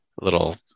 little